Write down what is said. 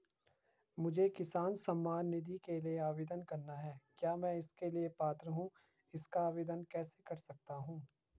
मुझे किसान सम्मान निधि के लिए आवेदन करना है क्या मैं इसके लिए पात्र हूँ इसका आवेदन कैसे कर सकता हूँ?